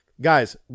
guys